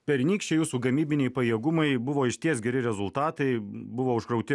pernykščiai jūsų gamybiniai pajėgumai buvo išties geri rezultatai buvo užkrauti